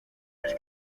las